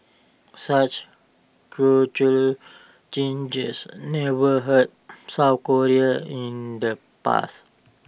such cultural changes never hurt south Korea in the past